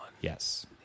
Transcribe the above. Yes